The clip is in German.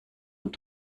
und